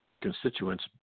constituents